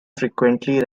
frequently